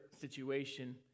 situation